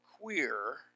queer